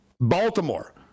Baltimore